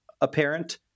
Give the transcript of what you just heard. apparent